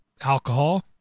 alcohol